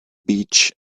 beach